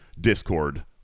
Discord